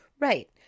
Right